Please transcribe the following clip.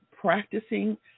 practicing